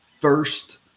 first